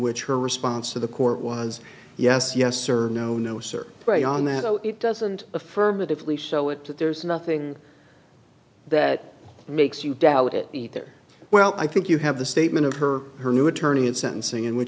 which her response to the court was yes yes or no no sir pray on that no it doesn't affirmatively show it to there's nothing that makes you doubt it either well i think you have the statement of her her new attorney in sentencing in wh